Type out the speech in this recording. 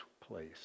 place